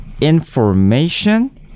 information